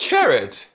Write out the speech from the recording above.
Carrot